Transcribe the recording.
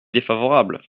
défavorable